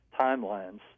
timelines